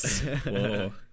Whoa